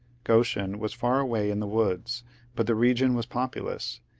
goshen was far away in the woods but the region was populous,